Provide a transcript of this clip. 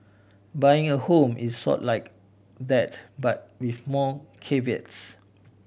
buying a home is sort like that but with more caveats